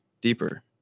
deeper